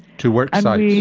to worksites? ah yeah